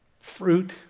Fruit